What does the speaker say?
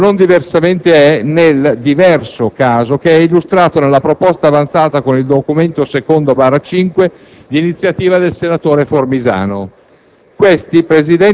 Come del resto non diversamente è nel diverso caso che è illustrato nella proposta avanzata con il documento II, n. 5, d'iniziativa del senatore Formisano.